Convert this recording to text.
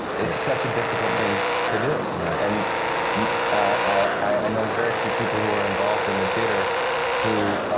it's such a difficult thing to do. yeah and i know of very few people who are involved in the theatre who